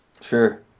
Sure